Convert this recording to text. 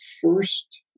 first